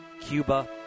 Cuba